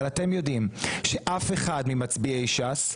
אתם יודעים שאף אחד ממצביעי ש"ס,